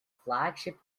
flagship